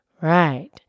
right